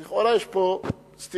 לכאורה, יש פה סתירה.